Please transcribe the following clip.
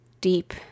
deep